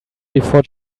before